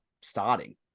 starting